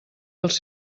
dels